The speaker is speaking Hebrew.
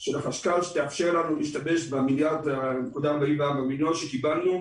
של החשכ"ל שתאפשר לנו להשתמש ב-1.44 מיליארד שקל שקיבלנו.